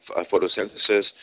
photosynthesis